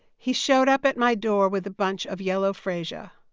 he showed up at my door with a bunch of yellow freesia.